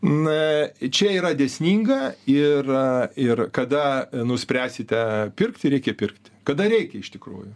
na čia yra dėsninga ir ir kada nuspręsite pirkti reikia pirkti kada reikia iš tikrųjų